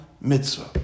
mitzvah